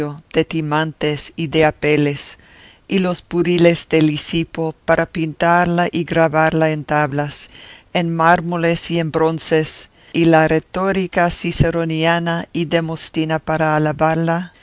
de timantes y de apeles y los buriles de lisipo para pintarla y grabarla en tablas en mármoles y en bronces y la retórica ciceroniana y demostina para alabarla